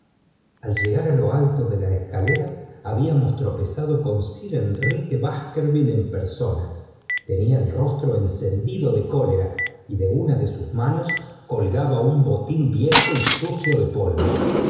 al llegar á lo alto de la escalera habíamos tropezado con sir enrique baskerville en persona tenía el rostro encendido de cólera y de una de sus manos colgaba un botín viejo y sucio de polvo